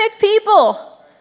people